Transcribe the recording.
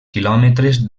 quilòmetres